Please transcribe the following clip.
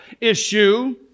issue